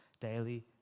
daily